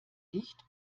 licht